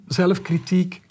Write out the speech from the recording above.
zelfkritiek